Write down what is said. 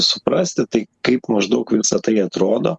suprasti tai kaip maždaug visa tai atrodo